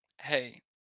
Hey